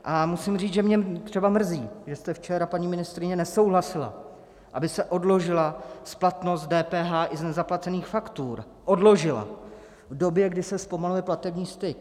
A musím říct, že mě třeba mrzí, že jste včera, paní ministryně, nesouhlasila, aby se odložila splatnost DPH i z nezaplacených faktur, odložila v době, kdy se zpomaluje platební styk.